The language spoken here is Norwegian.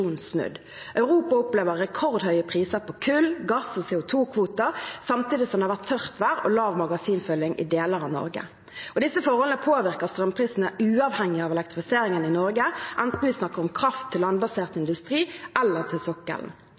snudd. Europa opplever rekordhøye priser på kull, gass og CO 2 -kvoter, samtidig som det har vært tørt vær og lav magasinføring i deler av Norge. Disse forholdene påvirker strømprisene uavhengig av elektrifiseringen i Norge, enten vi snakker om kraft til landbasert industri eller til sokkelen.